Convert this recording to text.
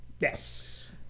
Yes